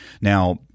Now